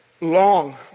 long